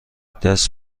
دست